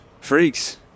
Freaks